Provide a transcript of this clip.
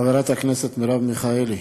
חברת הכנסת מרב מיכאלי,